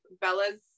Bella's